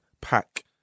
pack